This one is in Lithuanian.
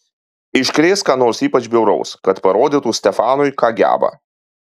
iškrės ką nors ypač bjauraus kad parodytų stefanui ką geba